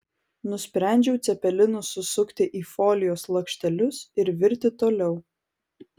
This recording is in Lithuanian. nusprendžiau cepelinus susukti į folijos lakštelius ir virti toliau